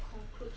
concludes